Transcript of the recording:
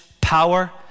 power